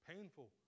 painful